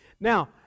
Now